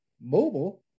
Mobile